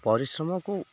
ପରିଶ୍ରମକୁ